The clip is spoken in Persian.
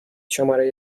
شماره